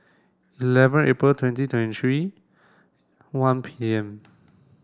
eleven April twenty twenty three one P M